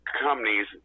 companies